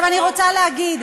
עכשיו אני רוצה להגיד,